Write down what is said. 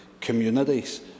communities